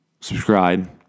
Subscribe